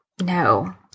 No